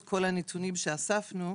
בעקבות כל הנתונים שאספנו,